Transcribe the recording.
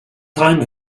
time